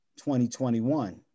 2021